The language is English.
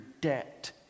debt